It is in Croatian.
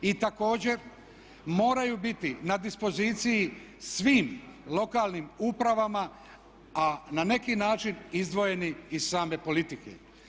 I također moraju biti na dispoziciji svim lokalnim upravama a na neki način izdvojeni iz same politike.